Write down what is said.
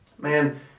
Man